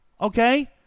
Okay